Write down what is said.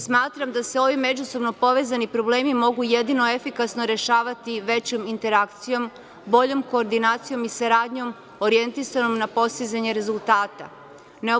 Smatram da se ovi međusobno povezani problemi mogu jedino efikasno rešavati većom interakcijom, boljom koordinacijom i saradnjom orijentisanom na postizanju rezultata.